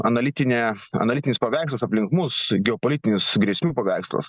analitinę analitinis paveikslas aplink mus geopolitinis grėsmių paveikslas